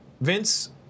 Vince